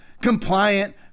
compliant